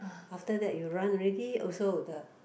after that you run already also the